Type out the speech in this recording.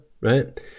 right